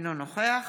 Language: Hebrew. אינו נוכח